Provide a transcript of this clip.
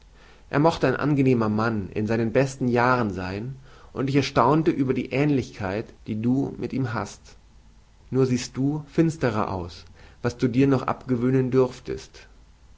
er mochte ein angenehmer mann in seinen besten jahren sein und ich erstaune über die aehnlichkeit die du mit ihm hast nur siehst du finsterer aus was du dir noch abgewöhnen dürftest